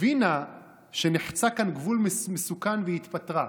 הבינה שנחצה קו גבול מסוכן והתפטרה.